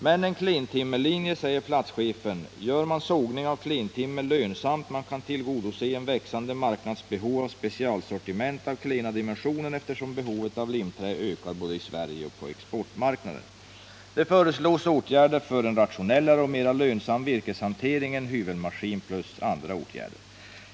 Med en klentimmerlinje, säger platschefen, gör man sågning av klentimmer lönsam. Man kan tillgodogöra sig en växande marknads behov av specialsortiment av klena dimensioner, eftersom behovet av limträ ökar både i Sverige och på exportmarknaden. Det föreslås åtgärder för en rationellare och mera lönsam virkeshantering, en hyvelmaskin samt en rad andra åtgärder.